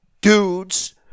dudes